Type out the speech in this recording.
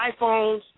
iPhones